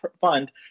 fund